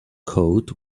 coat